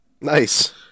Nice